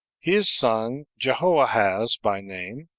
his son, jehoahaz by name,